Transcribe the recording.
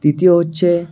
তৃতীয় হচ্ছে